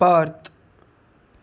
Parth